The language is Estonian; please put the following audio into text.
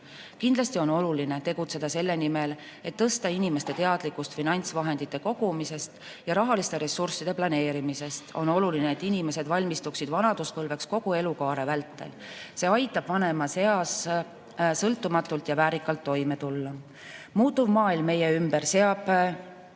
Kindlasti on oluline tegutseda selle nimel, et tõsta inimeste teadlikkust finantsvahendite kogumisest ja rahaliste ressursside planeerimisest. On oluline, et inimesed valmistuksid vanaduspõlveks kogu elukaare vältel. See aitab vanemas eas sõltumatult ja väärikalt toime tulla. Muutuv maailm meie ümber seab